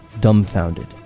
dumbfounded